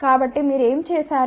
కాబట్టి మీరు ఏమి చేసారు